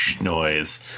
noise